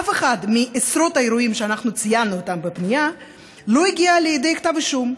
אף אחד מעשרות האירועים שאנחנו ציינו בפנייה לא הגיע לידי כתב אישום.